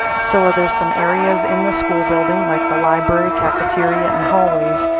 so are there some areas in the school building, like the library, cafeteria, and hallways,